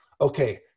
okay